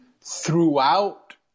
throughout